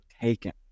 taken